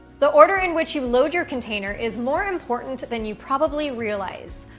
the order in which you load your container is more important than you probably realize.